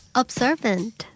observant